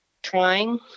trying